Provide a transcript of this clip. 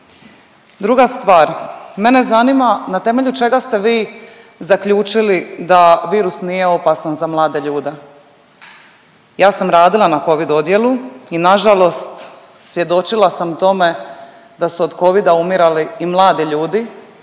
Druga stvar, mene zanima na temelju čega ste vi zaključili da virus nije opasan za mlade ljude? Ja sam radila na covid odjelu i nažalost svjedočila sam tome da su od Covida umirali i mladi ljudi